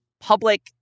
public